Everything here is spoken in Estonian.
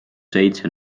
seitse